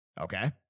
okay